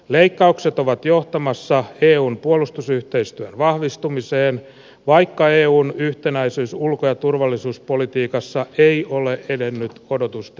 leikkaukset ovat johtamassa eun puolustusyhteistyön vahvistumiseen vaikka eun yhtenäisyys ulko ja turvallisuuspolitiikassa ei ole edennyt odotusten mukaisesti